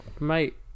mate